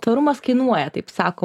tvarumas kainuoja taip sako